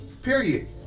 Period